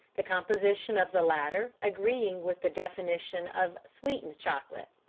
the composition of the latter agreeing with the definition of sweetened chocolate.